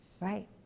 Right